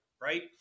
right